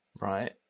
right